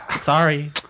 Sorry